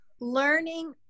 learning